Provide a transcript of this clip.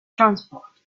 transport